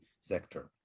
sector